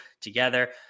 together